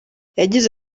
yagize